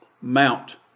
mount